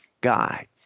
guy